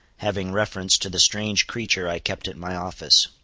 having reference to the strange creature i kept at my office.